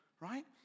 Right